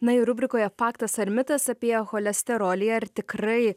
na ir rubrikoje faktas ar mitas apie cholesterolį ar tikrai